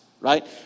right